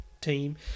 team